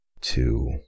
two